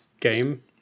game